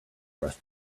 rest